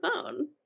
phone